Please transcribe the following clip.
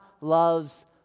loves